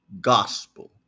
gospel